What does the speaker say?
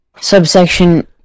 subsection